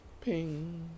Ping